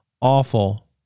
awful